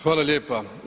Hvala lijepa.